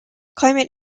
climate